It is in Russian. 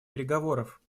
переговоров